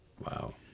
Wow